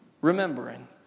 remembering